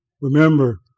Remember